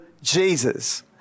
Jesus